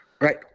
Right